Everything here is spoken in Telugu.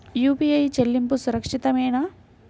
యూ.పీ.ఐ చెల్లింపు సురక్షితమేనా?